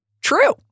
true